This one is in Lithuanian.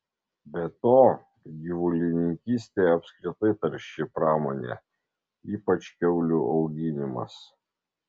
be to gyvulininkystė apskritai tarši pramonė ypač kiaulių auginimas